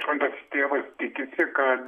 šventasis tėvas tikisi kad